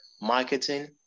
marketing